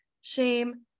shame